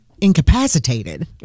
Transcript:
incapacitated